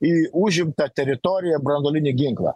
į užimtą teritoriją branduolinį ginklą